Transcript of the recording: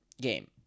game